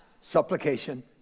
supplication